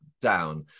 down